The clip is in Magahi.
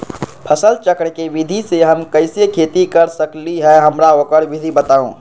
फसल चक्र के विधि से हम कैसे खेती कर सकलि ह हमरा ओकर विधि बताउ?